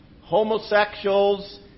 homosexuals